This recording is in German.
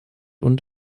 und